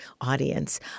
audience